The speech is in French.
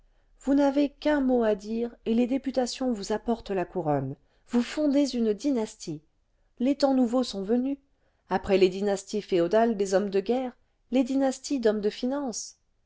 vous n'avez qu'un mot à dire et les dépntations vous apportent la couronne vous fondez une dynastie les temps nouveaux sont venus après les dynasties féodales des hommes de guerre les dynasties d'hommes de finance